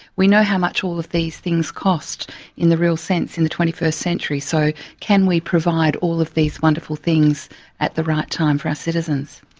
we know how much all of these things cost in the real sense, in the twenty-first century, so can we provide all of these wonderful things at the right time for our citizens?